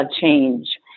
change